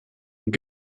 und